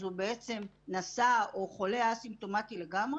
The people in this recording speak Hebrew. אז הוא בעצם נשא או חולה אסימפטומטי לגמרי,